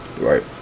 right